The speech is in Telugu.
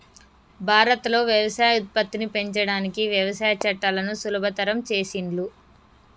భారత్ లో వ్యవసాయ ఉత్పత్తిని పెంచడానికి వ్యవసాయ చట్టాలను సులభతరం చేసిండ్లు